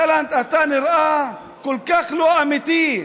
גלנט, אתה נראה כל כך לא אמיתי.